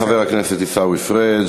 תודה לחבר הכנסת עיסאווי פריג'.